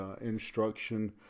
instruction